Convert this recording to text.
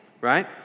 right